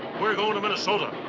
we're going to minnesota.